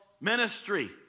ministry